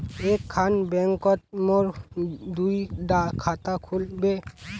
एक खान बैंकोत मोर दुई डा खाता खुल बे?